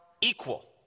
equal